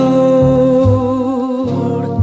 old